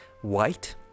white